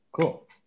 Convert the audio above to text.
Cool